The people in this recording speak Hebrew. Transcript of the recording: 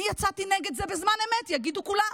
אני יצאתי נגד זה בזמן אמת, יגידו כולם.